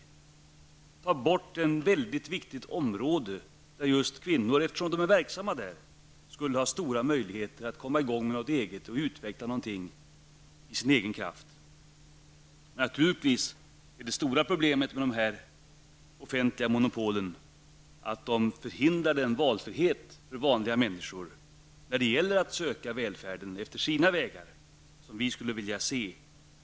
Den tar bort ett mycket viktigt område där just kvinnor, eftersom de är verksamma där, skulle ha stora möjligheter att komma igång med något eget och utveckla någonting av sin egen kraft. Naturligtvis är det stora problemet med de offentliga monopolen att de förhindrar valfriheten. De hindrar vanliga människor från att söka välfärden efter sina vägar, som vi skulle vilja se att man gör.